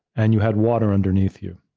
and you had water underneath you.